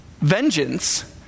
vengeance